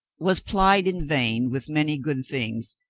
was plied in vain with many good things,